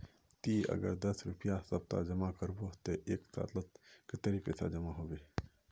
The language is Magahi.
ती अगर दस रुपया सप्ताह जमा करबो ते एक सालोत कतेरी पैसा जमा होबे बे?